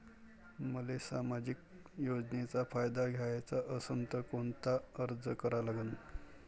मले सामाजिक योजनेचा फायदा घ्याचा असन त कोनता अर्ज करा लागन?